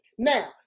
Now